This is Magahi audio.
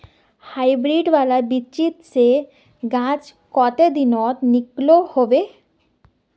हाईब्रीड वाला बिच्ची से गाछ कते दिनोत निकलो होबे?